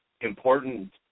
important